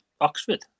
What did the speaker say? Oxford